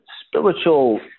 spiritual